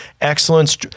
Excellence